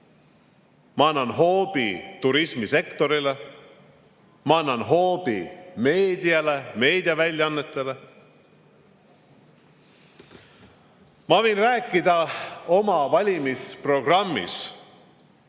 Ma annan hoobi turismisektorile. Ma annan hoobi meediale, meediaväljaannetele. Ma võin rääkida oma valimisprogrammis